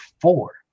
four